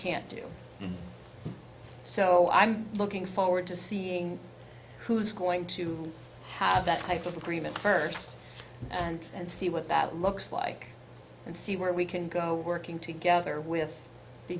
can't do so i'm looking forward to seeing who's going to have that type of agreement first and and see what that looks like and see where we can go working together with the